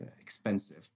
expensive